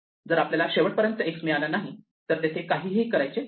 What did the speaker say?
जर आपल्याला शेवटपर्यंत x मिळाला नाही तर तेथे काहीही करायचे नाही